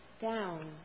down